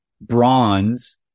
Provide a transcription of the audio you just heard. bronze